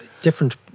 different